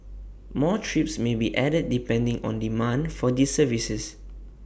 more trips may be added depending on demand for these services